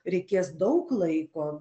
reikės daug laiko